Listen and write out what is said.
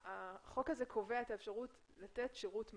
החוק הזה קובע את האפשרות לתת שירות מרחוק.